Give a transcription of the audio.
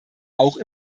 auch